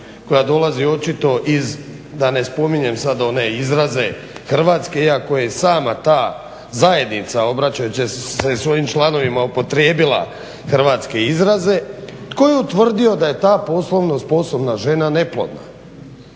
koja dolazi očito iz, da ne spominjem sad one izraze hrvatske, iako je sama ta zajednica obraćajući se svojim članovima upotrijebila hrvatske izraze, tko je utvrdio da je ta poslovno sposobna žena neplodna.